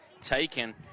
taken